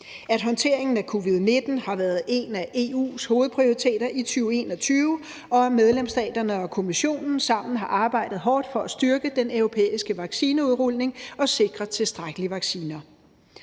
at håndteringen af covid-19 har været en af EU's hovedprioriteter i 2021, og at medlemsstaterne og Kommissionen sammen har arbejdet hårdt for at styrke den europæiske vaccineudrulning og sikre tilstrækkelig med vacciner.